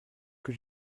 que